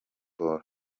ball